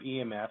EMS